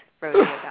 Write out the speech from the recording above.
Rosie